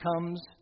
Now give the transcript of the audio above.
comes